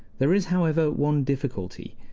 there is, however, one difficulty.